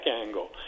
angle